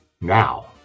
Now